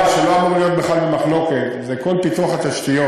דבר שלא אמור להיות בכלל במחלוקת זה כל פיתוח התשתיות.